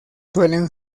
suelen